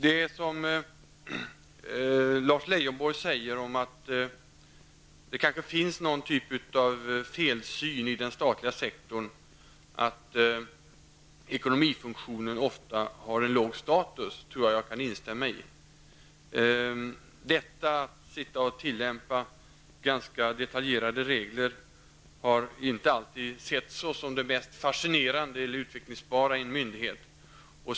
Jag tror jag kan instämma i det Lars Leijonborg säger att man i den statliga sektorn ofta ger ekonomifunktionen en låg status. Att sitta och tillämpa ganska detaljerade regler har inte alltid setts såsom det mest fascinerande eller utvecklingsbara inom en myndighet.